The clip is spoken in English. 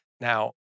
Now